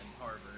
Harvard